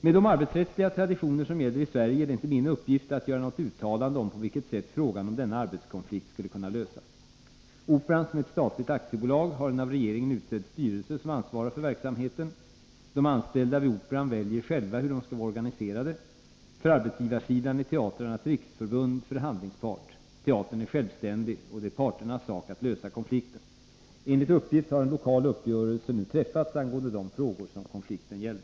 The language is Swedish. Med de arbetsrättsliga traditioner som gäller i Sverige är det inte min uppgift att göra något uttalande om på vilket sätt frågan om denna arbetskonflikt skulle kunna lösas. Operan, som är ett statligt aktiebolag, har en av regeringen utsedd styrelse som ansvarar för verksamheten. De anställda vid Operan väljer själva hur de skall vara organiserade. För arbetsgivarsidan är Teatrarnas riksförbund förhandlingspart: Teatern är självständig. Det är parternas sak att lösa konflikten. Enligt uppgift har en lokal uppgörelse nu träffats angående de frågor som konflikten gällt.